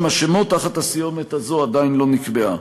השמות תחת הסיומת הזאת עדיין לא נקבעה.